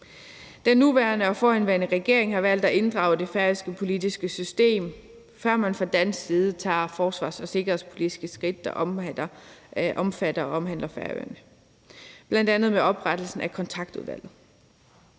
Den nuværende og forhenværende regering har valgt at inddrage det færøske politiske system, før man fra dansk side tager forsvars- og sikkerhedspolitiske skridt, der omfatter og omhandler Færøerne, bl.a. med oprettelsen af kontaktudvalget.